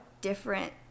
different